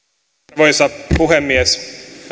arvoisa puhemies